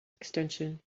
extension